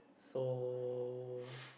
so